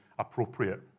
Appropriate